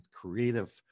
creative